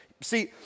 See